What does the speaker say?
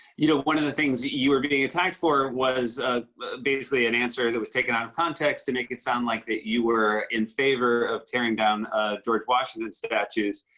you know, one of the things you you were being attacked for was basically an answer that was taken out of context to make it sound like that you were in favor of tearing down ah george washington statues.